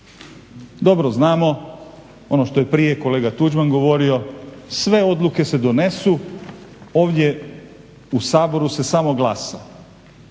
Dobro znamo ono što je prije kolega Tuđman govorio, sve odluke se donesu ovdje u Saboru se samo glasa.